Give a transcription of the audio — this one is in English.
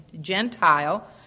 Gentile